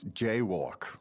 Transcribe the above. jaywalk